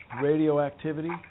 radioactivity